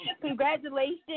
Congratulations